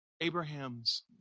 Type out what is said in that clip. Abraham's